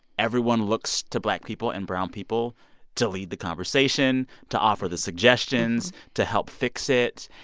everyone looks to black people and brown people to lead the conversation, to offer the suggestions, to help fix it.